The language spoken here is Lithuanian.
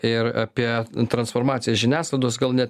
ir apie transformaciją žiniasklaidos gal ne